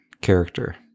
character